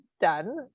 done